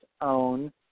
own